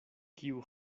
kiu